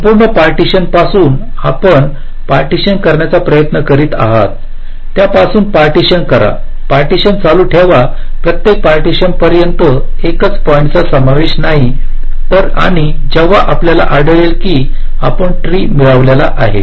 संपूर्ण पार्टीशन पासून आपण पार्टीशन करण्याचा प्रयत्न करीत आहात त्यापासून पार्टीशन करा पार्टीशन चालू ठेवा प्रत्येक पार्टीशन पर्यंत एकाच पॉईंट्स चा समावेश नाही आणि जेव्हा आपल्याला आढळेल की आपण ट्री मिळविला आहे